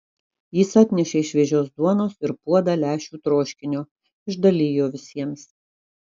jis atnešė šviežios duonos ir puodą lęšių troškinio išdalijo visiems